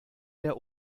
der